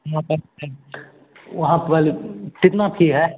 वहाँ पर वहाँ पर कितना फी है